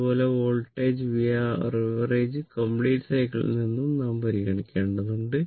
അതുപോലെ voltage Vavg complete സൈക്കിളിൽ നിന്നും നാം പരിഗണിക്കേണ്ടതുണ്ട്